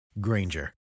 Granger